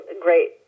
great